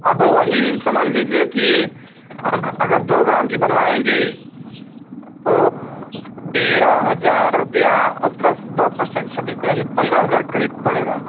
अब वही समझ लिजिए कि अगर दो ग्राम की बनवाएंगी तो तेरह हज़ार रुपये और प्लस दो पर्सेन्ट छब्बीस यानी पंद्रह हज़ार के क़रीब पड़ेगा